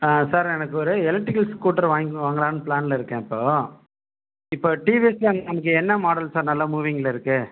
sir எனக்கு ஒரு electrical scooter வாங்கி வாங்கலாம்னு பிளானில் இருக்கேன் இப்போ இப்போ டிவிஎஸ்யில் நமக்கு என்ன மாடல் சார் நல்ல மூவிங்கில் இருக்குது